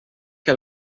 que